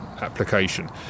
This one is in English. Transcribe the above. application